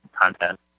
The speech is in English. content